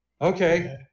Okay